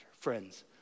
Friends